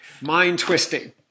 mind-twisting